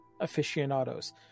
aficionados